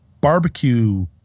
barbecue